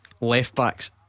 left-backs